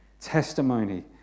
testimony